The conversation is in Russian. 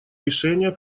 решения